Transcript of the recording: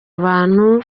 abantu